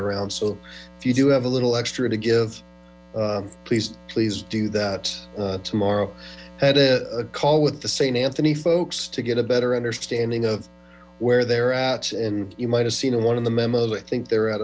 around so you do have a little extra to give please please do that tomorrow had a call with the saint anthony folks to get a better understanding of where they're at and you might have seen one in the memo i think they're about